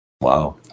Wow